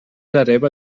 hereva